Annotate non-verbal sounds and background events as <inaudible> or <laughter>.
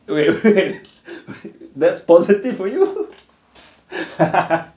wait wait <laughs> that's positive for you <laughs>